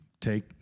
take